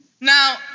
Now